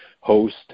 host